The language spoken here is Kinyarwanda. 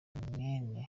mwene